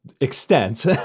Extent